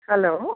hello